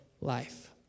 life